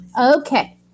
Okay